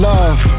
Love